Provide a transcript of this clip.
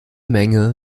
menge